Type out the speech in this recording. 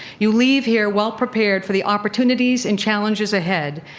you leave here well prepared for the opportunities and challenges ahead.